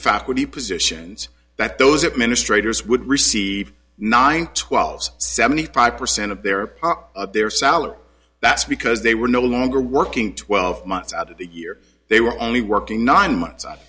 faculty positions that those administrator is would receive nine twelve seventy five percent of their their salary that's because they were no longer working twelve months out of the year they were only working nine months